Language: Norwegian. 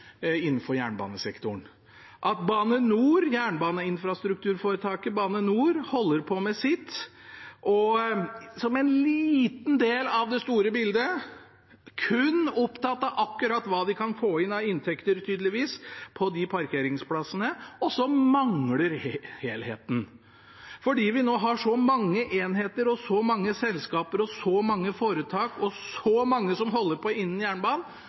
med sitt som en liten del av det store bildet, kun opptatt av akkurat hva de kan få inn av inntekter, tydeligvis, på de parkeringsplassene. Og så mangler helheten. Fordi vi nå har så mange enheter og så mange selskaper og så mange foretak og så mange som holder på innen jernbanen,